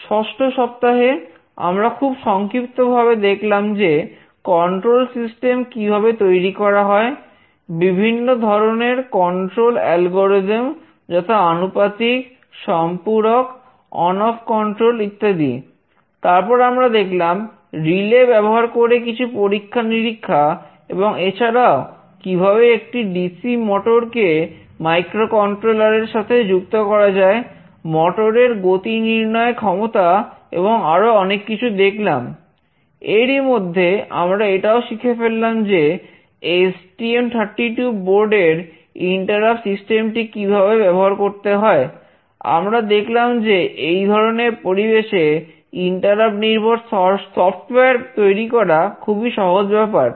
ষষ্ঠ সপ্তাহে আমরা খুব সংক্ষিপ্তভাবে দেখলাম যে কন্ট্রোল সিস্টেম তৈরি করা খুবই সহজ ব্যাপার